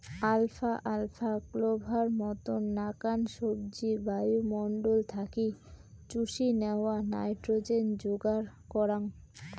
alpha আলফা, clover মতন নাকান সবজি বায়ুমণ্ডল থাকি চুষি ন্যাওয়া নাইট্রোজেন যোগার করাঙ